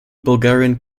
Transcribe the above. bulgarian